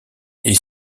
est